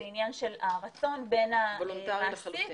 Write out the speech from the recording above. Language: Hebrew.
זה עניין של הרצון בין המעסיק --- וולונטרי לחלוטין.